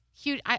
huge